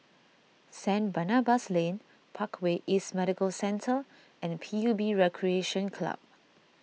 Saint Barnabas Lane Parkway East Medical Centre and P U B Recreation Club